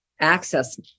access